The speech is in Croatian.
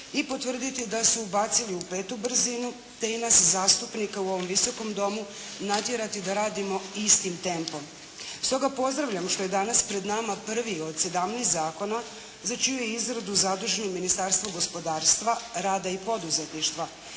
i potvrditi da su ubacili u petu brzinu te i nas zastupnike u ovom Visokom domu natjerati da radimo istim tempom. Stoga pozdravljam što je danas pred nama prvi od sedamnaest zakona za čiju je izradu zaduženo Ministarstvo gospodarstva, rada i poduzetništva.